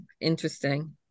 interesting